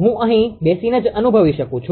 હું અહીં બેસીને જ અનુભવી શકું છું